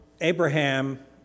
Abraham